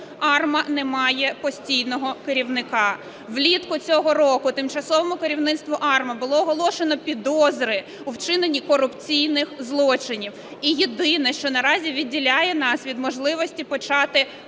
АРМА не має постійного керівника. Влітку цього року тимчасовому керівництву АРМА було оголошено підозри у вчиненні корупційних злочинів. І єдине, що наразі відділяє нас від можливості почати конкурс